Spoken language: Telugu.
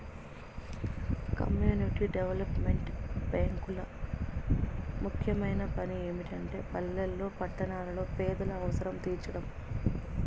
కమ్యూనిటీ డెవలప్మెంట్ బ్యేంకులు ముఖ్యమైన పని ఏమిటంటే పల్లెల్లో పట్టణాల్లో పేదల అవసరం తీర్చడం